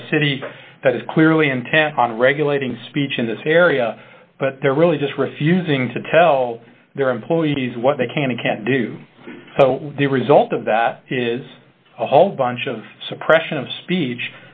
got a city that is clearly intent on regulating speech in this area but they're really just refusing to tell their employees what they can and can't do so the result of that is a whole bunch of suppression of speech